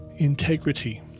integrity